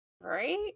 right